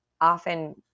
often